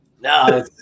no